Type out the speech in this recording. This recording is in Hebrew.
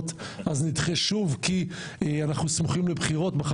אז נדחה שוב כי אנחנו סמוכים לבחירות?